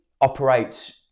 operates